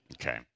Okay